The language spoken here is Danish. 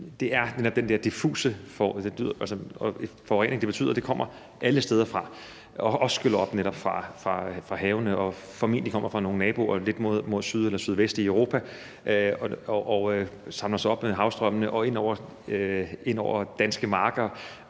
netop den der diffuse forurening, der betyder, at det kommer alle steder fra, og at det også skyller op fra havene. Det kommer formentlig fra nogle naboer lidt mod syd eller sydvest i Europa, det samler sig op med havstrømmene og kommer ind over danske marker,